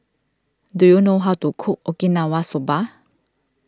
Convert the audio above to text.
do you know how to cook Okinawa Soba